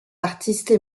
artistes